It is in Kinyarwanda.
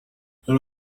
yari